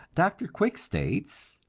dr. quick states